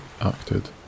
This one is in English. acted